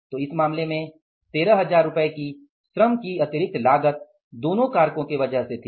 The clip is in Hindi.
तो इस मामले में 13000 रूपए की श्रम की अतिरिक्त लागत दोनों कारकों के वजह से थी